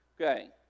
Okay